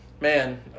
man